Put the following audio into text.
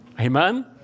Amen